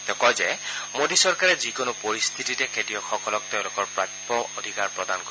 তেওঁ কয় যে মোডী চৰকাৰে যিকোনো পৰিস্থিতিতে খেতিয়কসকলক তেওঁলোকৰ প্ৰাপ্য অধিকাৰ প্ৰদান কৰিব